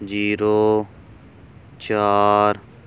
zero ਚਾਰ